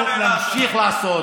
אני מבטיח לכם, אנחנו נמשיך לעשות,